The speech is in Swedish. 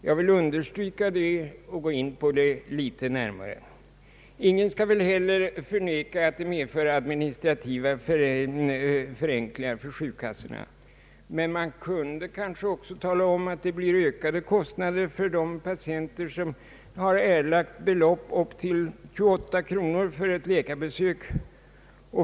Jag vill understryka det och skall senare gå in på frågan litet närmare. Ingen kan väl heller förneka att reformen medför administrativa förenklingar för försäkringskassorna. Men man kunde kanske också tala om att det blir ökade kostnader för de patienter som har erlagt belopp på upp till 28 kronor för ett läkarbesök.